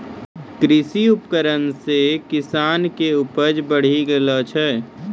कृषि उपकरण से किसान के उपज बड़ी गेलो छै